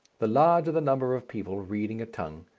the larger the number of people reading a tongue,